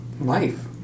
life